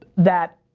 that,